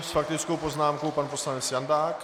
S faktickou poznámkou pan poslanec Jandák.